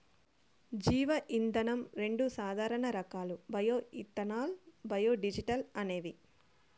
జీవ ఇంధనం రెండు సాధారణ రకాలు బయో ఇథనాల్, బయోడీజల్ అనేవి